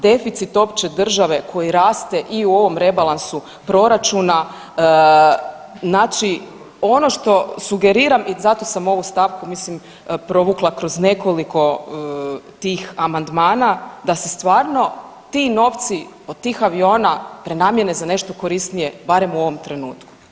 Deficit opće države koji raste i u ovom rebalansu proračuna, znači ono što sugeriram i zato sam ovu stavku mislim provukla kroz nekoliko tih amandmana da se stvarno ti novci od tih aviona prenamjene za nešto korisnije, barem u ovom trenutku.